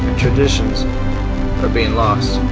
traditions are being lost.